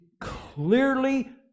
clearly